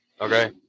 Okay